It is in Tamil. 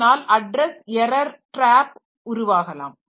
இதனால் அட்ரஸ் எரர் டிராப் உருவாகலாம்